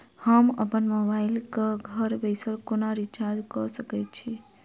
हम अप्पन मोबाइल कऽ घर बैसल कोना रिचार्ज कऽ सकय छी?